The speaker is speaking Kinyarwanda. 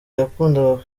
yakundaga